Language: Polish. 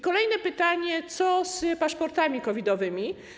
Kolejne pytanie: Co z paszportami COVID-owymi?